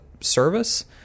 service